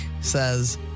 says